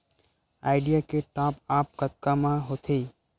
Idea के top up कतका म होथे?